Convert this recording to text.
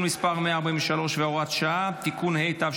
לתיקון ולהארכת תוקפן של תקנות שעת חירום (חרבות ברזל)